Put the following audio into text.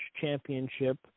Championship